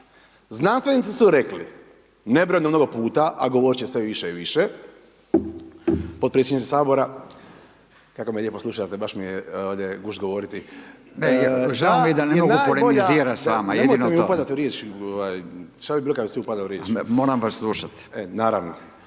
znanstvenici su rekli nebrojeno mnogo puta, a govorit će sve više i više, podpredsjedniče sabora kako me lijepo slušate baš mi je ovdje gušt govoriti …/Upadica: Ne, žao mi je da ne mogu polemizirati s vama, jedino to./… nemojte mi upadat u riječ, ovaj šta bi bilo kad bi svi upadali u riječ …/Upadica: Moram vas slušat./… naravno.